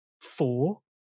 four